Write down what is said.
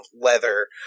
leather